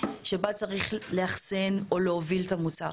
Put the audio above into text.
שבה צריך לאחסן או להוביל את המוצר.